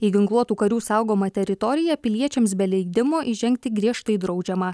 į ginkluotų karių saugomą teritoriją piliečiams be leidimo įžengti griežtai draudžiama